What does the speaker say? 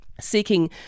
seeking